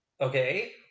okay